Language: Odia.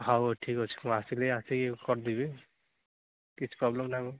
ହଉ ଠିକ୍ ଅଛି ମୁଁ ଆସିବି ଆସିକି କରିଦେବି କିଛି ପ୍ରୋବ୍ଲେମ୍ ନାଇଁ